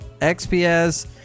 XPS